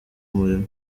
umurimo